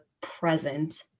present